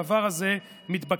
הדבר הזה מתבקש.